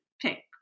pick